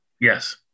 Yes